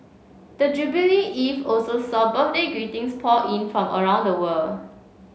the jubilee eve also saw birthday greetings pour in from around the world